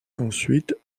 ensuite